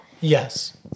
Yes